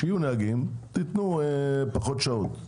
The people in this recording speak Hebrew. כשיהיו נהגים - תנו פחות שעות.